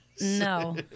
No